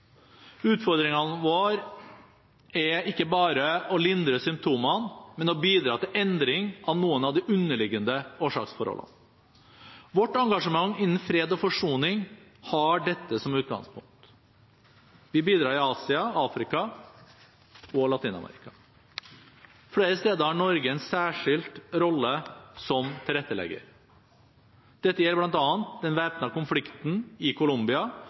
vår er ikke bare å lindre symptomene, men å bidra til endring av noen av de underliggende årsaksforholdene. Vårt engasjement innen fred og forsoning har dette som utgangspunkt. Vi bidrar i Asia, Afrika og Latin-Amerika. Flere steder har Norge en særskilt rolle som tilrettelegger. Dette gjelder bl.a. den væpnede konflikten i Colombia,